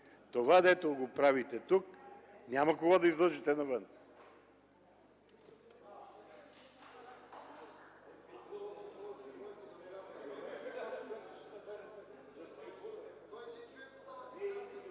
това, което правите тук, няма кого да излъжете навън.